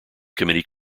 committee